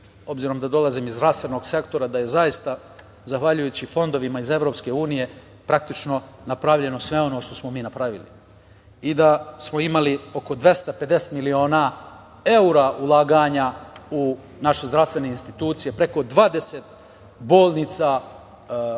obzirom da dolazim iz zdravstvenog sektora, da je zaista zahvaljujući fondovima iz EU praktično napravljeno sve ono što smo mi napravili. Imali smo oko 250 miliona evra ulaganja u naše zdravstvene institucije, preko 20 bolnica u